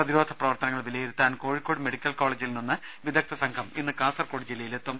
പ്രതിരോധ പ്രവർത്തനങ്ങൾ വില യിരുത്താൻ കോഴിക്കോട് മെഡിക്കൽ കോളജിൽ നിന്ന് വിദഗ്ദ സംഘം ഇന്ന് കാസർകോട് ജില്ലയിലെത്തും